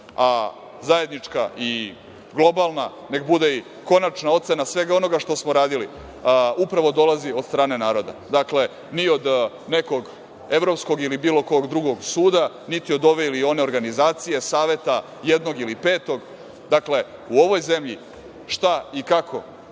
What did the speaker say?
doda. Zajednička i globalna, nek bude i konačna ocena svega onoga što smo radili, upravo dolazi od strane naroda. Dakle, ni od nekog evropskog ili bilo kog drugog suda, niti od ove ili one organizacije, saveta, jednog ili petog. Dakle, u ovoj zemlji šta i kako